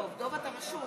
דב, אתה רשום